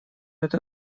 это